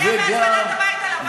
זה היה בהזמנת הבית הלבן.